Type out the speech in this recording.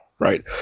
right